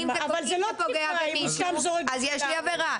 אם זה פוגע במישהו, אז יש לי עבירה.